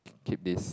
keep this